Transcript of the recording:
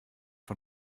von